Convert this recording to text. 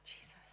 Jesus